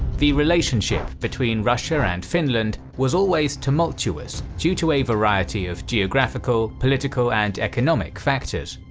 the relationship between russia and finland was always tumultuous due to a variety of geographic, ah political, and economic factors.